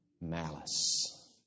malice